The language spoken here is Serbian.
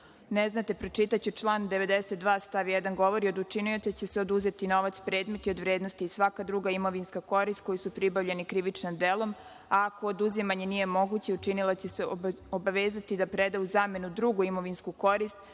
ne znate, pročitaću, član 92. stav 1. govori – od učinioca će se oduzeti novac, predmeti od vrednosti i svaka druga imovinska korist koji su pribavljeni krivičnim delom, a ako oduzimanje nije moguće, učinilac će se obavezati da preda u zamenu drugu imovinsku korist